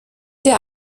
der